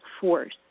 force